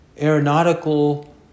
aeronautical